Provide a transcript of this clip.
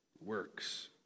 works